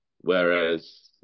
whereas